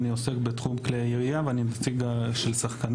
אני עוסק בתחום כלי הירייה ואני נציג השחקנים,